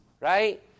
right